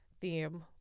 theme